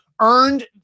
earned